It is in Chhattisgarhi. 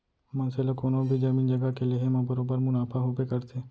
मनसे ला कोनों भी जमीन जघा के लेहे म बरोबर मुनाफा होबे करथे